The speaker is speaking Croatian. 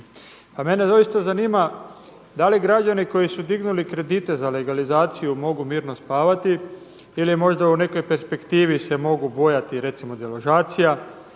A mene doista zanima da li građani koji su dignuli kredite za legalizaciju mogu mirno spavati ili možda u nekoj perspektivi se mogu bojati recimo deložacija,